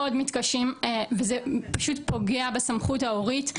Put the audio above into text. מאוד מתקשים וזה פשוט פוגע בסמכות ההורית,